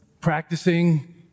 practicing